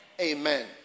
Amen